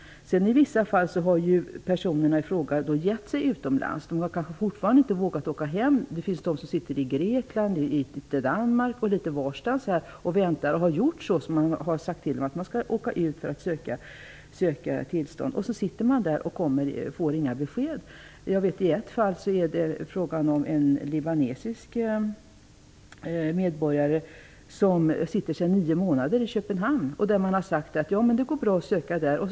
I vissa fall har personerna i fråga begett sig utomlands. De har fortfarande kanske inte vågat åka hem. Det finns de som sitter i Grekland, i Danmark och litet varstans och väntar. De har gjort som man har sagt till dem att göra, de har åkt ut för att söka tillstånd. Sedan sitter de där och får inga besked. Jag vet att det i ett fall är fråga om en libanesisk medborgare som sedan nio månader sitter i Köpenhamn. Till honom har man sagt att det går bra att söka därifrån.